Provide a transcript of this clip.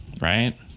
right